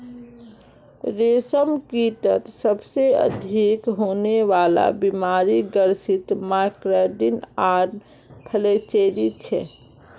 रेशमकीटत सबसे अधिक होने वला बीमारि ग्रासरी मस्कार्डिन आर फ्लैचेरी छे